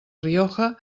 rioja